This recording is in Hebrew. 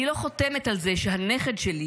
"אני לא חותמת על זה" שהנכד שלי